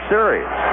Series